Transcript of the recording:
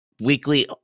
weekly